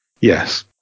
Yes